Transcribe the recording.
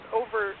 over